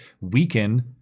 weaken